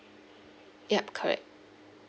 yup correct